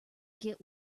get